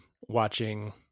watching